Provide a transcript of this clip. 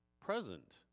present